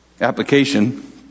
Application